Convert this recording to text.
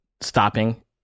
stopping